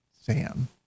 Sam